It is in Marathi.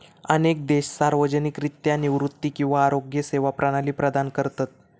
अनेक देश सार्वजनिकरित्या निवृत्ती किंवा आरोग्य सेवा प्रणाली प्रदान करतत